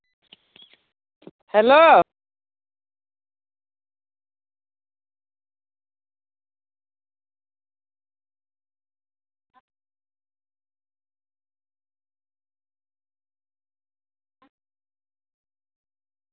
hello